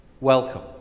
welcome